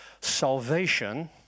Salvation